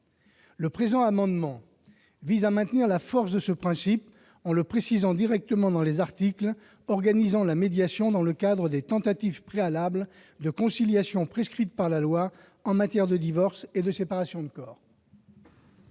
Le présent amendement vise à maintenir la force de ce principe en le précisant directement dans les articles organisant la médiation dans le cadre des tentatives préalables de conciliation prescrites par la loi en matière de divorce et de séparation de corps.